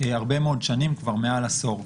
הרבה מאוד שנים, מעל עשור.